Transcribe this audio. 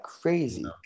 crazy